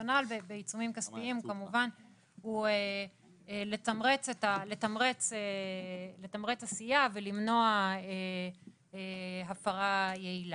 הרציונל בעיצומים כספיים הוא כמובן לתמרץ עשייה ולמנוע הפרה יעילה.